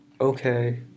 okay